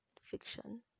fiction